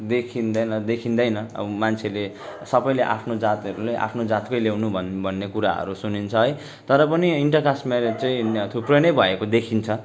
देखिँदैन देखिँदैन अब मान्छेले सबैले आफ्नो जातहरूले आफ्नो जातकै ल्याउनु भन्ने भन्ने कुराहरू सुनिन्छ है तर पनि इन्टर कास्ट म्यारेज चाहिँ थुप्रै नै भएको देखिन्छ